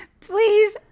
Please